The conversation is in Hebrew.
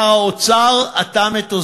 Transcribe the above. שר האוצר אטם את אוזניו,